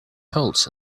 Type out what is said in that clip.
holes